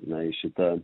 na į šitą